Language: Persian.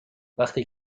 وقتی